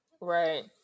right